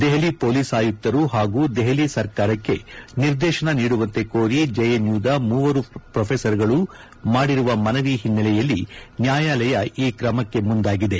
Delhi police ಆಯುಕ್ತರು ಹಾಗೂ ದೆಹಲಿ ಸರ್ಕಾರಕ್ಷೆ ನಿರ್ದೇಶನ ನೀಡುವಂತೆ ಕೋರಿ ಜೆಎನ್ಯುದ ಮೂವರು ಪ್ರೊಫೆಸರ್ಗಳು ಮಾಡಿರುವ ಮನವಿ ಹಿನ್ನೆಲೆಯಲ್ಲಿ ನ್ಯಾಯಾಲಯ ಈ ಕ್ರಮಕ್ಕೆ ಮುಂದಾಗಿದೆ